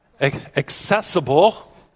Accessible